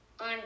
on